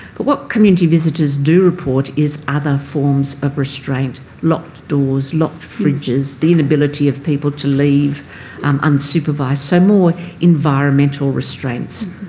but what community visitors do report is other forms of restraint, locked doors, locked fridges, the inability of people to leave um unsupervised. so more environmental restraints.